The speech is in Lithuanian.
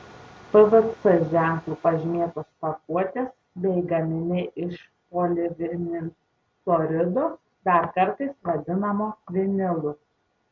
pvc ženklu pažymėtos pakuotės bei gaminiai iš polivinilchlorido dar kartais vadinamo vinilu